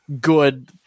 good